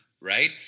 right